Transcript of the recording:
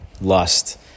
Lost